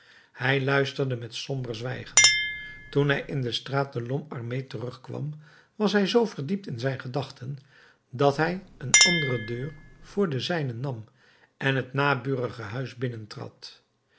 hij luisterde met somber zwijgen toen hij in de straat de lhomme armé terugkwam was hij zoo verdiept in zijn gedachten dat hij een andere deur voor de zijne nam en het naburige huis